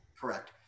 Correct